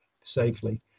safely